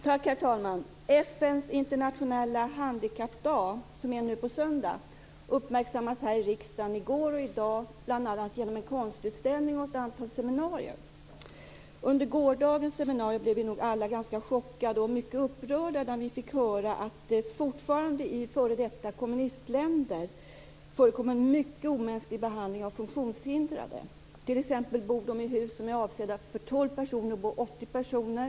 Herr talman! FN:s internationella handikappdag, som är nu på söndag, uppmärksammades här i riksdagen i går och i dag bl.a. genom en konstutställning och ett antal seminarier. Under gårdagens seminarier blev vi nog alla ganska chockade och mycket upprörda när vi fick höra att det fortfarande i f.d. kommunistländer förekommer mycket omänsklig behandling av funktionshindrade. Jag kan ta ett exempel. I ett hus som är avsett för 12 personer bor det 80 personer.